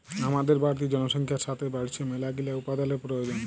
হামাদের বাড়তি জনসংখ্যার সাতে বাইড়ছে মেলাগিলা উপাদানের প্রয়োজন